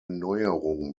neuerung